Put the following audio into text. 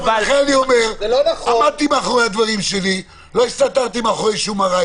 אני אומר לכם שבדיוני הממשלה זה בא לידי ביטוי בצורה בולטת,